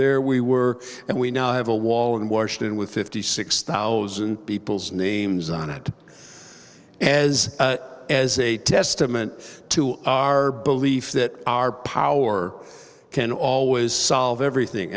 there we were and we now have a wall in washington with fifty six thousand people's names on it as as a testament to our belief that our power can always solve everything